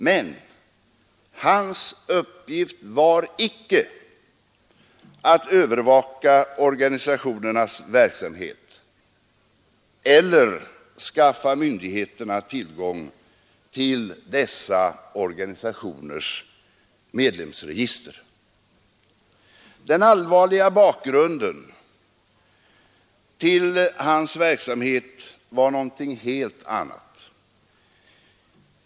Men hans uppgift var icke att övervaka organisationernas verksamhet eller skaffa myndigheterna tillgång till dessa organisationers medlemsregister. Den allvarliga bakgrunden till hans verksamhet var en helt annan.